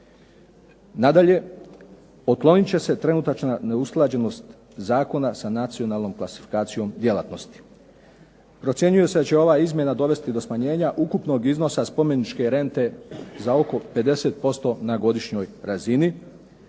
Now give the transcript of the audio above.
Nadalje, otklonit će se trenutačna neusklađenost zakona sa nacionalnom klasifikacijom djelatnosti. Procjenjuje se da će ova izmjena dovesti do smanjenja ukupnog iznosa spomeničke rente za oko 50% na godišnjoj razini.